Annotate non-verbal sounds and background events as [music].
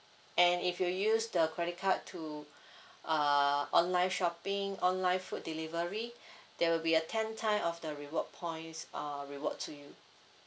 and if use the credit card to [breath] uh online shopping online food delivery [breath] there will be a ten time of the reward points uh reward to you